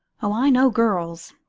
oh, i know girls!